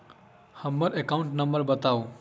हम्मर account number बताऊ?